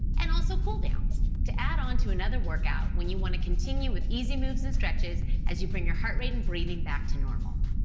and also cooldowns to add on to another workout when you want to continue with easy moves and stretches as you bring your heart rate and breathing back to normal.